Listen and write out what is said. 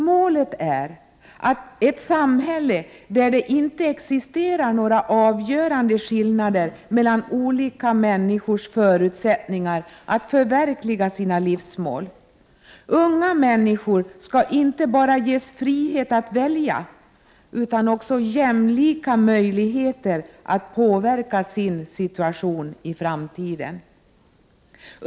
Målet är ett samhälle där det inte existerar några avgörande skillnader mellan olika människors förutsättningar att förverkliga sina livsmål. Unga människor skall inte bara ges frihet att välja, utan också jämlika möjligheter att påverka sin situation i framtiden.